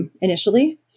initially